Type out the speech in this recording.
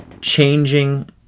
changing